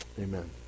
Amen